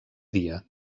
dia